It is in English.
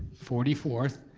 forty fourth,